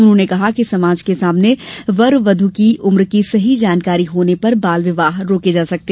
उन्होंने कहा कि समाज के सामने वर वध् की उम्र की सही जानकारी होने पर बाल विवाह रोके जा सकते हैं